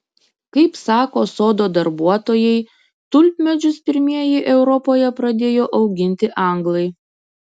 kaip sako sodo darbuotojai tulpmedžius pirmieji europoje pradėjo auginti anglai